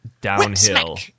Downhill